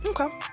Okay